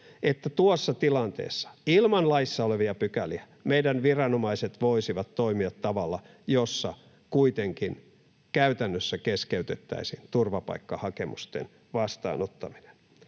että tuossa tilanteessa ilman laissa olevia pykäliä meidän viranomaiset voisivat toimia tavalla, jossa kuitenkin käytännössä keskeytettäisiin turvapaikkahakemusten vastaanottaminen.